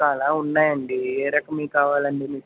పుస్తకాలా ఉన్నాయండీ ఏ రకంవి కావాలండి మీకు